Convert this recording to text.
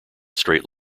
straight